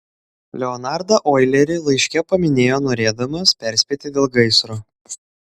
leonardą oilerį laiške paminėjo norėdamas perspėti dėl gaisro